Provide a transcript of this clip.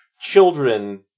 children